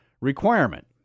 requirement